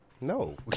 No